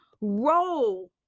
roll